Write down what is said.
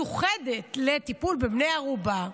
היחידה המיוחדת לטיפול בבני ערובה,